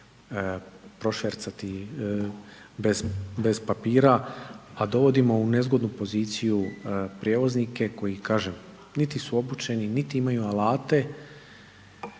prošvercati bez papira, a dovodimo u nezgodnu poziciju prijevoznike koji kažem niti su obučeni, niti imaju alate,